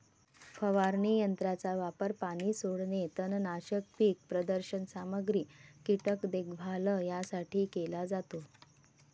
फवारणी यंत्राचा वापर पाणी सोडणे, तणनाशक, पीक प्रदर्शन सामग्री, कीटक देखभाल यासाठी केला जातो